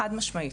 חד משמעית.